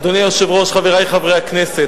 אדוני היושב-ראש, חברי חברי הכנסת,